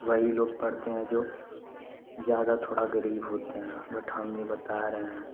वही लोग पढ़ते हैं जो ज़्यादा थोड़ा गरीब होते हैं बट हम ये बता रहे हैं